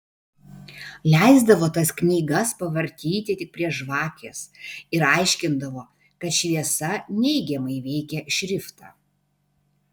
leisdavo tas knygas pavartyti tik prie žvakės ir aiškindavo kad šviesa neigiamai veikia šriftą